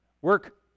Work